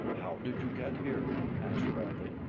how did you get here? asked bradley.